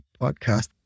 podcast